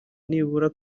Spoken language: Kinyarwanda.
nibura